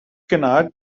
kennard